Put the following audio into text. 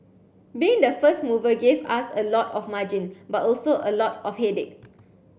being the first mover gave us a lot of margin but also a lot of headache